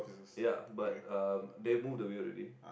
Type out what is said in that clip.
ya but um they moved away already